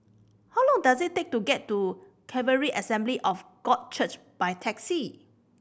how long does it take to get to Calvary Assembly of God Church by taxi